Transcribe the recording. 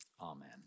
amen